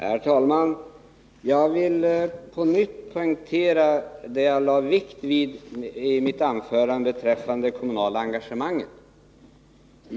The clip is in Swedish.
Herr talman! Jag vill på nytt poängtera det som jag lade vikt vid i mitt huvudanförande när det gällde det kommunala engagemanget.